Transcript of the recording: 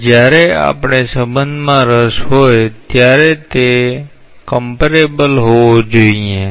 હવે જ્યારે આપણે સંબંધ માં રસ હોય ત્યારે તે તુલનાત્મક હોવો જોઈએ